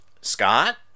Scott